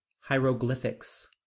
hieroglyphics